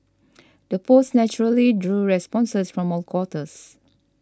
the post naturally drew responses from all quarters